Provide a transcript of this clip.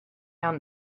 down